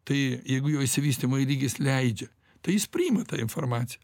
tai jeigu jo išsivystymo lygis leidžia tai jis priima tą informaciją